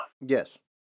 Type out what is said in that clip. Yes